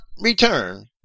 return